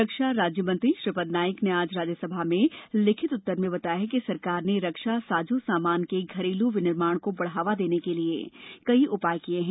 रक्षा राज्यर मंत्री श्रीपद नाइक ने आज राज्यसभा में लिखित उत्तर में बताया कि सरकार ने रक्षा साजो सामान के घरेलू विनिर्माण को बढ़ावा देने के कई उपाय किये हैं